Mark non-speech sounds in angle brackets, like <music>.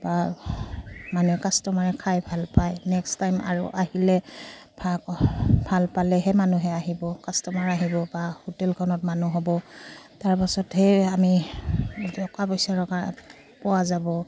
বা মানুহে কাষ্টমাৰে খাই ভালপায় নেক্সট টাইম আৰু আহিলে <unintelligible> ভাল পালেহে মানুহে আহিব কাষ্টমাৰ আহিব বা হোটেলখনত মানুহ হ'ব তাৰ পাছতহে আমি টকা পইচা <unintelligible> পোৱা যাব